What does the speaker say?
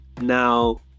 now